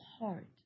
heart